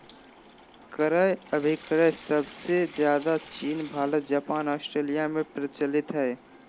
क्रय अभिक्रय सबसे ज्यादे चीन भारत जापान ऑस्ट्रेलिया में प्रचलित हय